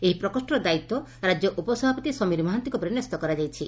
ଏହି ପ୍ରକୋଷର ଦାୟିତ୍ ରାଜ୍ୟ ଉପସଭାପତି ସମୀର ମହାନ୍ତିଙ୍କ ଉପରେ ନ୍ୟସ୍ତ କରାଯାଇଛି